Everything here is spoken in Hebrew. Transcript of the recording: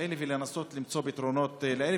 האלה כדי ולנסות למצוא פתרונות למקומות האלה,